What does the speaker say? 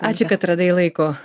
ačiū kad radai laiko